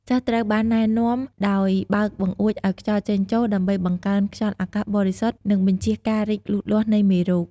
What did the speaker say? សិស្សត្រូវបានណែនាំដោយបើកបង្អួចឲ្យខ្យល់ចេញចូល ដើម្បីបង្កើនខ្យល់អាកាសបរិសុទ្ធ និងបញ្ចៀសការរីកលូតលាស់នៃមេរោគ។